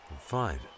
fine